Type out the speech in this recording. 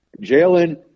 Jalen